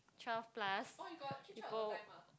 twelve plus people